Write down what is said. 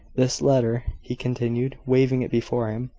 this letter, he continued, waving it before him,